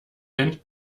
hin